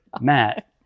Matt